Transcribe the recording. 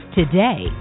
today